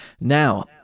Now